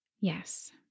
Yes